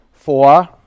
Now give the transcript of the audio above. Four